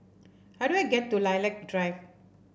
how do I get to Lilac Drive